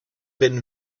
been